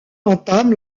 entame